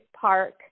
park